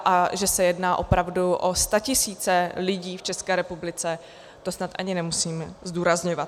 A že se jedná opravdu o statisíce lidí v České republice, to snad ani nemusím zdůrazňovat.